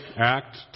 act